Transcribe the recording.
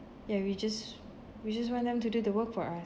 ya we just we just want them to do the work for us